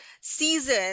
season